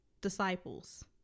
disciples